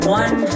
one